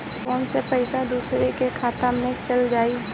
Phone से पईसा दूसरे के खाता में चल जाई?